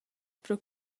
pro